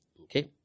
Okay